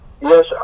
Yes